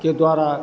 के द्वारा